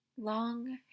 long